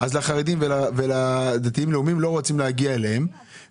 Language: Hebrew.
אז איך אתם עושים --- הרי בטבולה יש טירגוט.